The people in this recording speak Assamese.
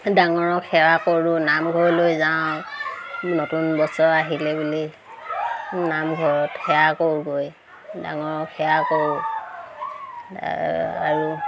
ডাঙৰক সেৱা কৰোঁ নামঘৰলৈ যাওঁ নতুন বছৰ আহিলে বুলি নামঘৰত সেৱা কৰোঁগৈ ডাঙৰক সেৱা কৰোঁ আৰু